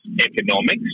economics